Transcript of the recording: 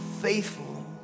faithful